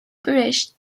peerage